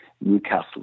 newcastle